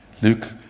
Luke